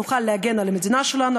אנחנו נוכל להגן על המדינה שלנו,